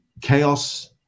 chaos